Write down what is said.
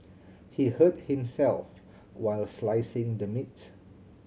he hurt himself while slicing the meat